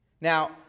Now